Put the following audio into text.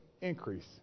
Increase